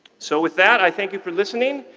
so with that, i thank you for listening.